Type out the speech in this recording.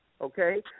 Okay